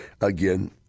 Again